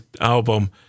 album